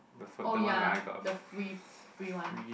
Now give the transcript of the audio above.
oh ya the free free one